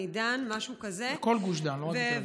"אופנידן", משהו כזה, בכל גוש דן, לא רק בתל אביב.